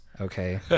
okay